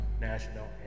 national